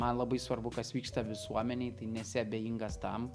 man labai svarbu kas vyksta visuomenėj tai nesi abejingas tam